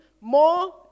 more